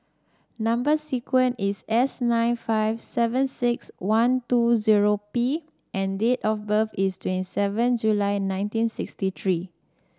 number sequence is S nine five seven six one two zero P and date of birth is twenty seven July nineteen sixty three